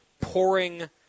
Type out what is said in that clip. pouring